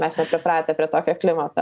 mes jau pripratę prie tokio klimato